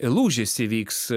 lūžis įvyks